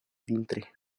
vintre